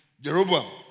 Jeroboam